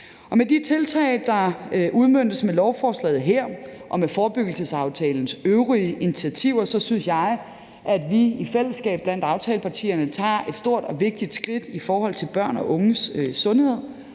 Med de tiltag, der udmøntes med lovforslaget her, og med forebyggelsesaftalens øvrige initiativer synes jeg at vi i fællesskab blandt aftalepartierne tager et stort og vigtigt skridt i forhold til børn og unges sundhed.